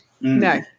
No